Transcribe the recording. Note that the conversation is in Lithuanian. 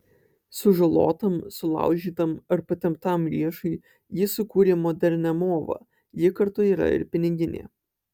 sužalotam sulaužytam ar patemptam riešui ji sukūrė modernią movą ji kartu yra ir piniginė